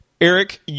Eric